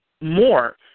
more